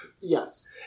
Yes